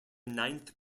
ninth